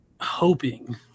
hoping